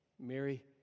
Mary